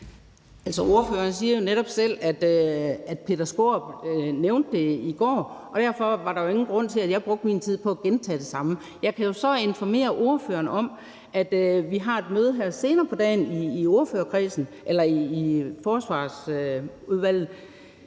(DD): Ordføreren siger netop selv, at hr. Peter Skaarup nævnte det i går, og derfor var der jo ingen grund til, at jeg brugte min tid på at gentage det samme. Jeg kan så informere ordføreren om, at vi har et møde her senere på dagen i Forsvarsudvalget,